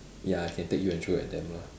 ya I can take you and throw at them lah